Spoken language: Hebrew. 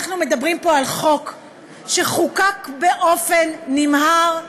אנחנו מדברים פה על חוק שחוקק באופן נמהר,